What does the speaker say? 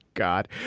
god.